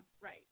Right